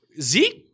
Zeke